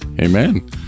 Amen